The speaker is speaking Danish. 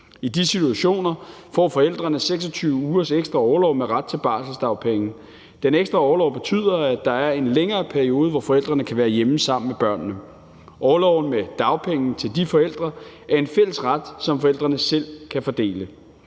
I de situationer får forældrene 26 ugers ekstra orlov med ret til barselsdagpenge. Den ekstra orlov betyder, at der er en længere periode, hvor forældrene kan være hjemme sammen med børnene. Orloven med dagpenge til de forældre er en fælles ret, som forældrene selv kan fordele.